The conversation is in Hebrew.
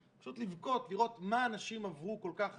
זה פשוט לבכות לראות מה אנשים עברו כל כך הרבה,